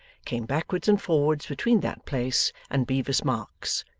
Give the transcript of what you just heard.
came backwards and forwards between that place and bevis marks,